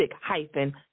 hyphen